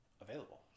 available